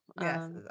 Yes